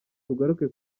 tugaruke